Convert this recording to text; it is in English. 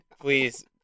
Please